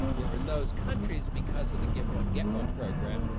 we're in those countries because of the give one-get one program.